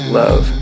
love